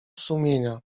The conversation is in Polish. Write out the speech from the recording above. sumienia